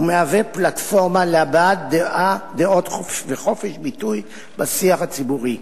ומהווה פלטפורמה להבעת דעות וחופש ביטוי בשיח הציבורי.